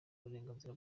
uburenganzira